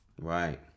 Right